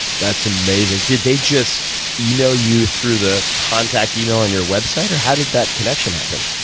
that's amazing. did they just email you through the contact email on your website? or how did that connection happen?